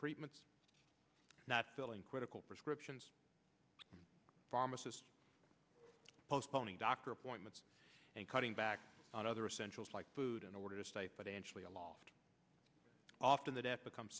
treatments not filling critical prescriptions pharmacist postponing doctor appointments and cutting back on other essentials like food in order to stay financially aloft often the debt becomes